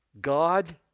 God